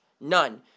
None